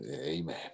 amen